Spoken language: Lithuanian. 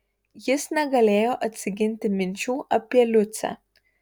jis negalėjo atsiginti minčių apie liucę